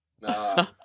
Nah